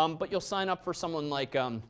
um but you'll sign up for someone like um